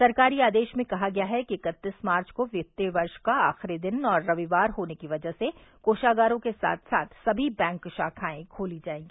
सरकारी आदेश में कहा गया है कि इकतीस मार्च को वित्तीय वर्ष का आखिरी दिन और रविवार होने की वजह से कोषागारों के साथ साथ सभी बैंक शाखायें खोली जायेंगी